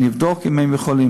אני אבדוק אם הם יכולים.